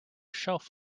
shelf